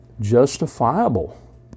justifiable